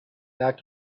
back